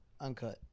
Uncut